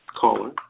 caller